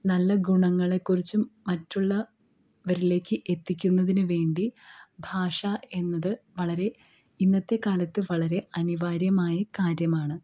നല്ല ഗുണങ്ങളെ കുറിച്ചും മറ്റുള്ള വരിലേക്ക് എത്തിക്കുന്നതിന് വേണ്ടി ഭാഷ എന്നത് വളരെ ഇന്നത്തെ കാലത്ത് വളരെ അനിവാര്യമായ കാര്യമാണ്